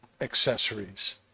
Accessories